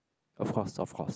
of course of course